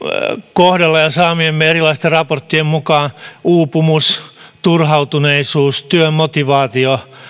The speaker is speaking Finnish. kohdalla saamiemme erilaisten raporttien mukaan uupumus turhautuneisuus työmotivaatio